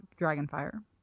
dragonfire